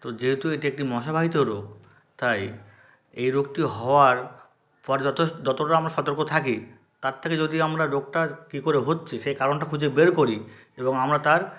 তো যেহেতু এটি একটি মশাবাহিত রোগ তাই এই রোগটি হওয়ার পর যতটা আমরা সতর্ক থাকি তার থেকে যদি আমরা রোগটার কী করে হচ্ছে সেই কারণটা খুঁজে বের করি এবং আমরা তার